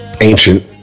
ancient